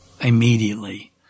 Immediately